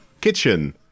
kitchen